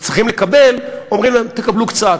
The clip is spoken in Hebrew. צריכים לקבל אומרים להם: תקבלו קצת,